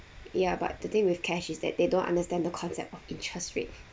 ya but the thing with cash is that they don't understand the concept of interest rate